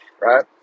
Right